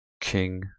King